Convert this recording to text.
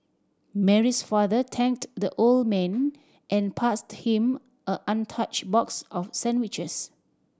Mary's father thanked the old man and passed him a untouched box of sandwiches